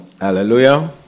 Hallelujah